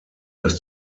dass